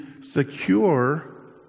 secure